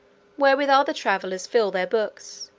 wherewith other travellers fill their books,